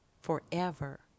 forever